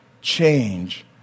change